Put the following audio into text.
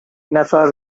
نفر